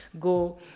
go